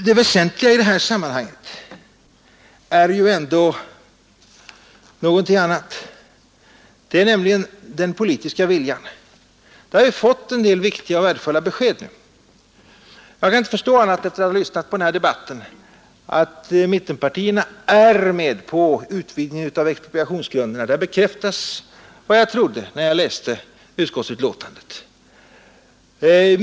Det väsentliga i det här sammanhanget är ju ändå någonting annat, nämligen den politiska viljan. På den punkten har vi fått en del viktiga och värdefulla besked nu. Jag kan inte förstå annat, efter att ha lyssnat på den här debatten, än att mittenpartierna är med på utvidgning av expropriationsgrunderna. Debatten har bekräftat vad jag trodde när jag läste utskottsbetänkandet.